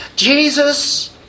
Jesus